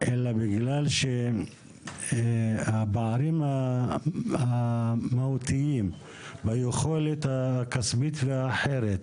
אלא בגלל שהפערים המהותיים והיכולת הכספית והאחרת,